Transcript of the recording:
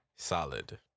Solid